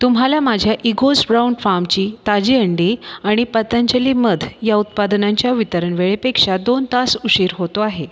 तुम्हाला माझ्या इग्गोझ ब्राऊन फार्मची ताजी अंडी आणि पतंजली मध या उत्पादनांच्या वितरण वेळेपेक्षा दोन तास उशीर होतो आहे